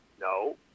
No